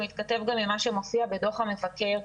שמתכתב גם עם מה שמופיע בדוח המבקר,